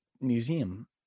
museum